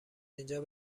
اینجا